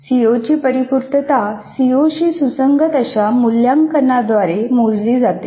सीओची परिपूर्तता सीओशी सुसंगत अशा मूल्यांकनात द्वारे मोजली जाते